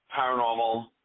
paranormal